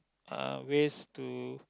uh ways to